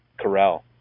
Carell